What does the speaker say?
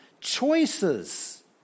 Choices